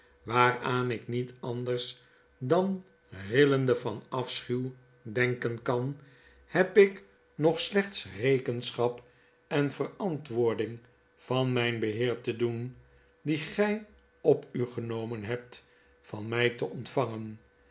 waaraan ik niet anders dan rillende van afschuw denken kan heb ik nog slechts rekenschap en verantwoording van mp beheer te doen die gg op u genomen hebt van mg te ontvangen